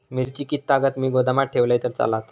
मिरची कीततागत मी गोदामात ठेवलंय तर चालात?